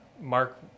mark